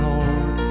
Lord